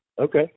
Okay